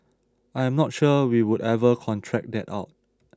I am not sure we would ever contract that out